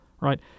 right